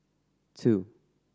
two